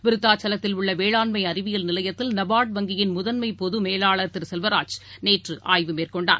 விருத்தாசலத்தில் உள்ளவேளாண்மைஅறிவியல் நிலையத்தில் நபார்டு வங்கியின் முதன்மைப் பொதுமேலாளர் திருசெல்வராஜ் நேற்றுஆய்வு மேற்கொண்டார்